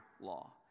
law